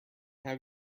have